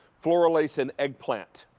floral lace in eggplant.